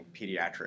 pediatric